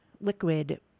liquid